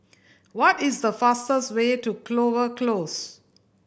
what is the fastest way to Clover Close